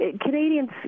Canadians